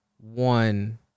one